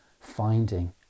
finding